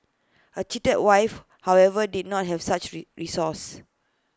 A cheated wife however did not have such re resource